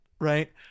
right